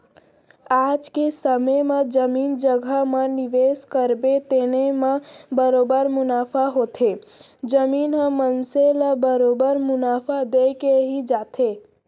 आज के समे म जमीन जघा म निवेस करबे तेने म बरोबर मुनाफा होथे, जमीन ह मनसे ल बरोबर मुनाफा देके ही जाथे